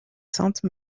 sainte